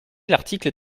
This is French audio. l’article